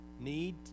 need